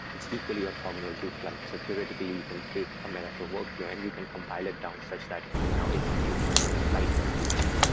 it's equally orthogonal to flyte. theoretically, you can take a metaflow workflow and you can compile it down such that it can now execute on your flyte installation.